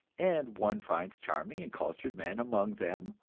and one finds charming and cultured men among them,